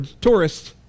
tourists